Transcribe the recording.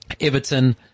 Everton